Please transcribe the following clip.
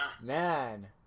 man